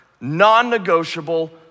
non-negotiable